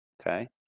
okay